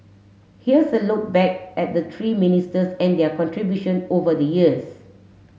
here's a look back at the three ministers and their contribution over the years